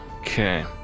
Okay